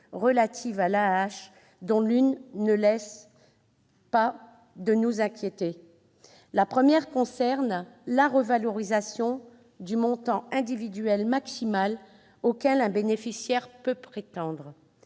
relatives à l'AAH, dont l'une ne laisse pas de nous inquiéter. La première mesure concerne la revalorisation du montant individuel maximal auquel un bénéficiaire peut prétendre.